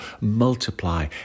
multiply